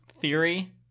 Theory